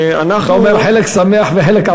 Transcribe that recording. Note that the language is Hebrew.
אתה אומר, חלק שמח וחלק עצוב.